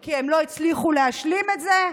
כי הם לא הצליחו להשלים את זה.